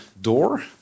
door